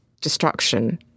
destruction